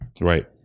Right